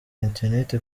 internet